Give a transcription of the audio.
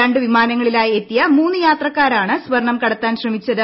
രണ്ടു വിമാനങ്ങളിലായി എത്തിയ മൂന്നു യാത്രക്കാരാണ് സ്വർണം കടത്താൻ ശ്രമിച്ചത്